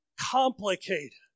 complicated